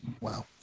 Wow